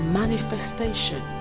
manifestation